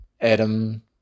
Adam